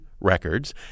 records